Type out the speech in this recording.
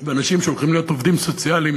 ואנשים שהולכים להיות עובדים סוציאליים